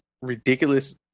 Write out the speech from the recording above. ridiculous